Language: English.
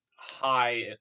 high